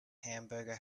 hamburger